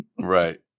right